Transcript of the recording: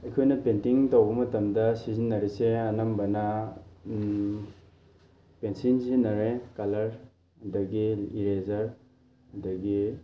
ꯑꯩꯈꯣꯏꯅ ꯄꯦꯟꯇꯤꯡ ꯇꯧꯕ ꯃꯇꯝꯗ ꯁꯤꯖꯤꯟꯅꯔꯤꯁꯦ ꯑꯅꯝꯕꯅ ꯄꯦꯟꯁꯤꯜ ꯁꯤꯖꯤꯟꯅꯔꯦ ꯀꯂꯔ ꯑꯗꯒꯤ ꯏꯔꯦꯖꯔ ꯑꯗꯒꯤ